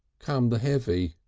come the heavy,